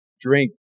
drink